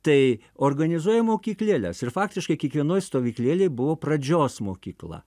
tai organizuoja mokyklėles ir faktiškai kiekvienoj stovyklėlėj buvo pradžios mokykla